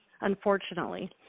unfortunately